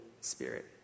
Spirit